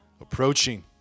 approaching